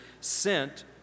sent